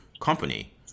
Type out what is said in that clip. company